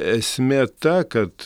esmė ta kad